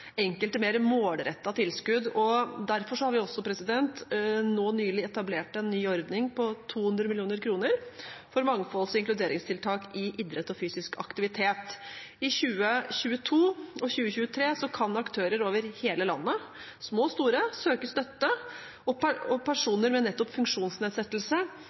enkelte mer målrettede tilskudd. Derfor har vi også nå nylig etablert en ny ordning på 200 mill. kr til mangfolds- og inkluderingstiltak i idrett og fysisk aktivitet. I 2022 og 2023 kan aktører over hele landet, små og store, søke om støtte. Personer med nettopp funksjonsnedsettelse